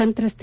ಸಂತ್ರಸ್ತೆ